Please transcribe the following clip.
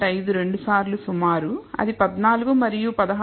5 రెండు సార్లు సుమారు అది 14 మరియు 16